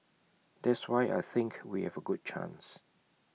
that's why I think we have A good chance